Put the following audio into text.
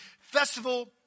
Festival